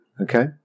Okay